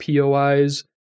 POIs